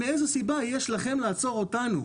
מאיזה סיבה יש לכם לעצור אותנו?